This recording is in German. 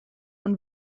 und